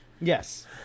Yes